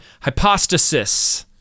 Hypostasis